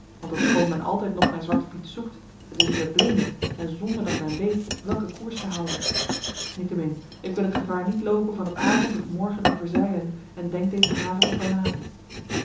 want ofschoon men altijd nog naar zwarten piet zoekt het is in den blinde en zonder dat men weet welken koers te houden niettemin ik wil het gevaar niet loopen van t avond of morgen te verzeilen en denk deze haven te verlaten